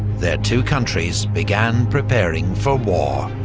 their two countries began preparing for war.